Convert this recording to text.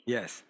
Yes